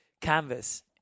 canvas